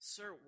Sir